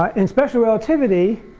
um in special relativity,